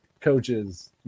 coaches